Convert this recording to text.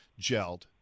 gelled